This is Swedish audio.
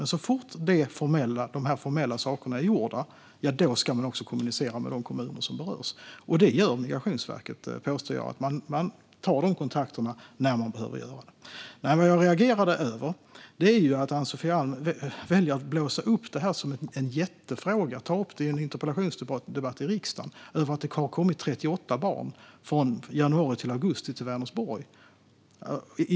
Men så fort de här formella sakerna är gjorda ska man också kommunicera med de kommuner som berörs. Det gör Migrationsverket, påstår jag. Man tar de kontakterna när man behöver göra det. Det jag reagerade över är att Ann-Sofie Alm väljer att blåsa upp att det har kommit 38 barn till Vänersborg från januari till augusti till en jättefråga och ta upp det i en interpellationsdebatt i riksdagen.